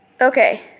Okay